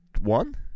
One